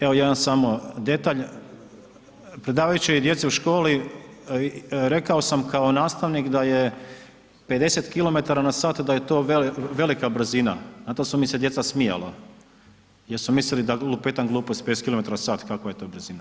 Evo jedan samo detalj, predajući djeci u školi rekao sam kao nastavnik da je 50km na sat da je to velika brzina, na to su mi se djeca smijala jer su mislili da lupetam gluposti, 50km na sat, kakva je to brzina.